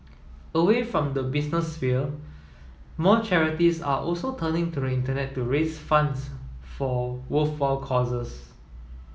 away from the business sphere more charities are also turning the Internet to raise funds for worthwhile causes